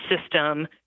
system